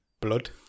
blood